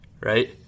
right